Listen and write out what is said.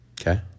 Okay